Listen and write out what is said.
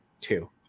two